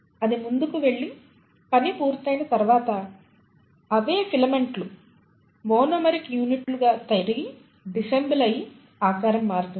అది ముందుకు వెళ్లి పని పూర్తయిన తర్వాత అవే ఫిలమెంట్లు మోనోమెరిక్ యూనిట్లు గా తిరిగి డిసెంబెల్ అయ్యి ఆకారం మారుతుంది